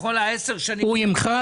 בכל העשר שנים.